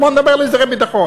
בואו נדבר על הסדרי ביטחון.